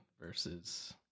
versus